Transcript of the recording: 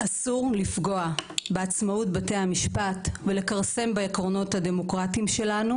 אסור לפגוע בעצמאות בתי המשפט ולקרסם בעקרונות הדמוקרטיים שלנו.